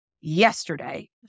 yesterday